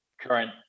current